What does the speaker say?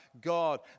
God